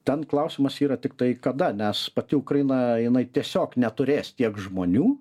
ten klausimas yra tiktai kada nes pati ukraina jinai tiesiog neturės tiek žmonių